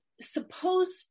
supposed